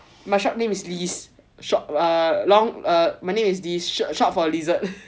my short name is lizz short err long my name is lizz short for lizard